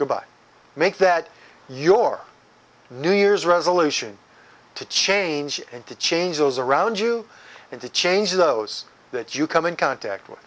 go by make that your new year's resolution to change and to change those around you and to change those that you come in contact with